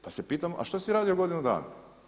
Pa se pitamo a što si radio godinu dana?